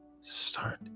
start